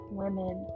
women